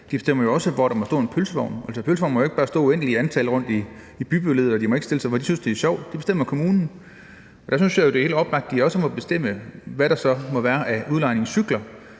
De bestemmer jo også, hvor der må stå en pølsevogn. Der må jo ikke bare stå et uendeligt antal pølsevogne rundt i bybilledet, og de må ikke stille sig, hvor de synes, at det er sjovt. Det bestemmer kommunen. Der synes jeg jo, at det er helt oplagt, at man også må bestemme, hvad der så må være af udlejning af cykler